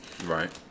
Right